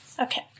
Okay